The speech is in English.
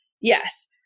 Yes